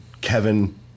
Kevin